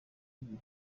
igihe